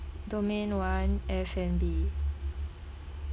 domain one F&B